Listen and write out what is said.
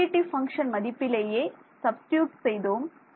derivative function மதிப்பிலேயே substitute செய்தோம்